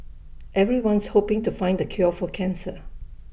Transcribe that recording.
everyone's hoping to find the cure for cancer